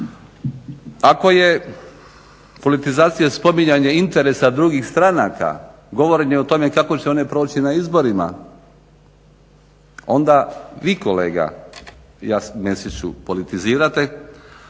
Ako je politizacija spominjanje interesa drugih stranaka, govorenje o tome kako će one proći na izborima onda vi kolega Jasen Mesiću politizirate,